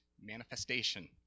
manifestation